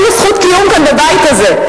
אין לו זכות קיום כאן בבית הזה,